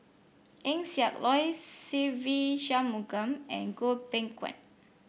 Eng Siak Loy Se Ve Shanmugam and Goh Beng Kwan